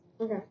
Okay